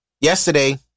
yesterday